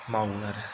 मावनो